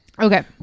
okay